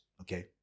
okay